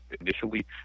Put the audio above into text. initially